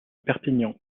perpignan